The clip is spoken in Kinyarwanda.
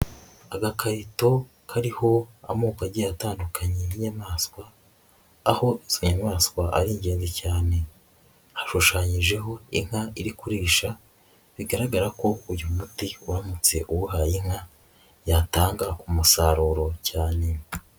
Agakarito kariho amoko agiye atandukanye y'inyamaswa, aho izo nyamaswa ari ingenzi cyane, hashushanyijeho inka iri kurisha bigaragara ko uyu muti uramutse uwuhaye inka, yatanga ku musaruro cyane.